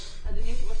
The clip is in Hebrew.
אדוני היושב ראש,